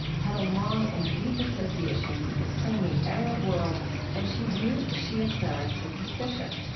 had a long and deep association with the sunni arab world and she viewed shia clerics with suspicion.